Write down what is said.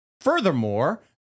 Furthermore